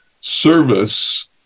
service